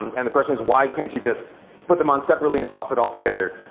and the question is why can't you just put them on separately and toss it all together.